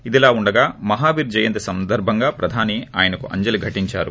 ఇదిలా ఉండగా మహావీర్ జయంతి సందర్భంగా ప్రధాని ఆయనకు అంజలీ ఘటించారు